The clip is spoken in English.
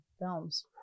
films